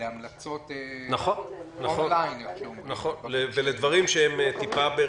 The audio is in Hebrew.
להמלצות און-ליין, כפי שאומרים.